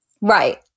Right